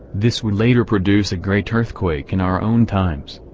this would later produce a great earthquake in our own times.